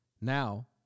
Now